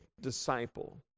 disciple